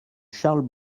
charles